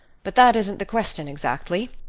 but that isn't the question exactly.